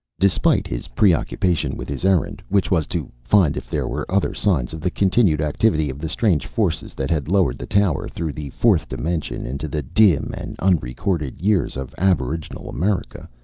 despite his preoccupation with his errand, which was to find if there were other signs of the continued activity of the strange forces that had lowered the tower through the fourth dimension into the dim and unrecorded years of aboriginal america,